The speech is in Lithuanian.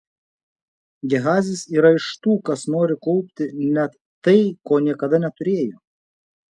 gehazis yra iš tų kas nori kaupti net tai ko niekada neturėjo